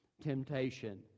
Temptation